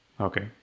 okay